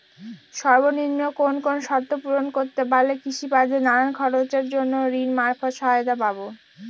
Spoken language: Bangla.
সর্বনিম্ন কোন কোন শর্ত পূরণ করতে পারলে কৃষিকাজের নানান খরচের জন্য ঋণ মারফত সহায়তা পাব?